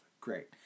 Great